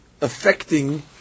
affecting